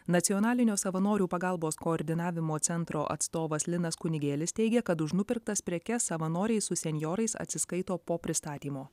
nacionalinio savanorių pagalbos koordinavimo centro atstovas linas kunigėlis teigia kad už nupirktas prekes savanoriai su senjorais atsiskaito po pristatymo